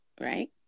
right